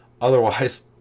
Otherwise